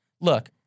look